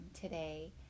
today